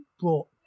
brought